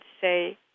say